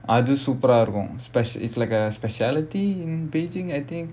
அது:athu super ah இருக்கும்:irukkum spec~ it's like a speciality in beijing I think